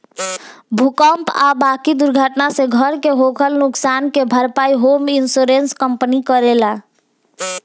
भूकंप आ बाकी दुर्घटना से घर के होखल नुकसान के भारपाई होम इंश्योरेंस कंपनी करेले